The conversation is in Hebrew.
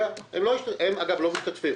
אגב, הם לא משתתפים.